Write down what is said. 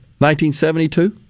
1972